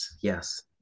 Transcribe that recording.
Yes